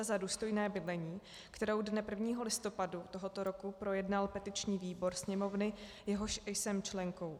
Za důstojné bydlení, kterou dne 1. listopadu tohoto roku projednal petiční výbor Sněmovny, jehož jsem členkou.